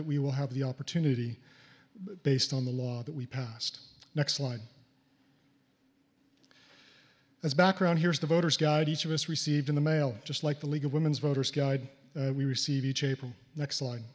that we will have the opportunity based on the law that we passed next slide as background here is the voter's guide each of us received in the mail just like the league of women voters guide we receive each april next line